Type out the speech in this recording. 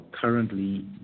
currently